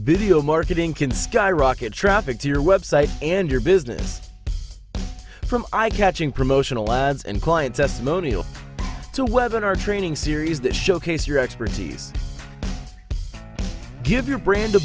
video marketing can skyrocket traffic to your website and your business from i catch in promotional lads and client testimonial to whether in our training series that showcase your expertise give your brand a